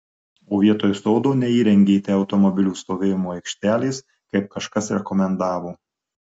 o vietoj sodo neįrengėte automobilių stovėjimo aikštelės kaip kažkas rekomendavo